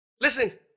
listen